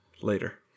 Later